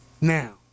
Now